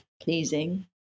pleasing